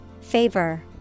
Favor